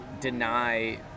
deny